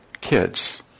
kids